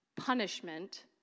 punishment